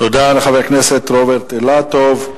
תודה לחבר הכנסת רוברט אילטוב.